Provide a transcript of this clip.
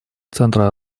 центра